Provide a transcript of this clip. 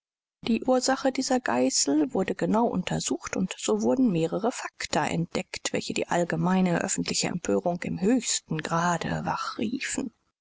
die ursache dieser geißel wurde genau untersucht und so wurden mehrere fakta entdeckt welche die allgemeine öffentliche empörung im höchsten grade wachriefen